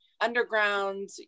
underground